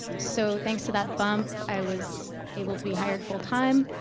so thanks to that bump, i was able to be hired full time.